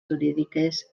jurídiques